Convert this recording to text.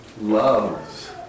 loves